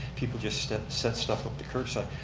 people just set stuff at the curbside.